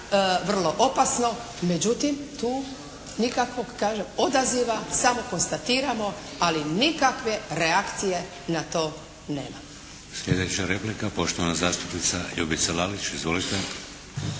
vrlo opasno, međutim nikakvog kažem odaziva samo konstatiramo ali nikakve reakcije na to nema. **Šeks, Vladimir (HDZ)** Sljedeća replika, poštovana zastupnica Ljubica Lalić. Izvolite.